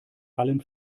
allen